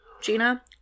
Gina